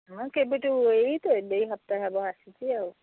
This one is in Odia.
ମୁଁ କେବେଠୁ ଏଇ ତ ଏ ଦୁଇ ସପ୍ତାହ ହେବ ଆସିଛି ଆଉ